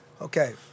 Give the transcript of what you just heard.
Okay